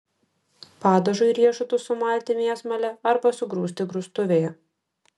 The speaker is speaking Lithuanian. padažui riešutus sumalti mėsmale arba sugrūsti grūstuvėje